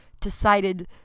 decided